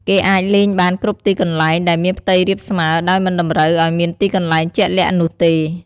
គេអាចលេងបានគ្រប់ទីកន្លែងដែលមានផ្ទៃរាបស្មើ ដោយមិនតម្រូវឱ្យមានទីកន្លែងជាក់លាក់នោះទេ ។